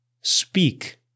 speak